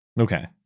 Okay